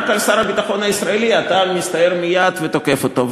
רק על שר הביטחון הישראלי אתה מסתער מייד ואתה תוקף אותו.